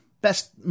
best